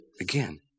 again